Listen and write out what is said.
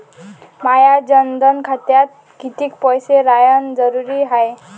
माया जनधन खात्यात कितीक पैसे रायन जरुरी हाय?